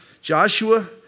Joshua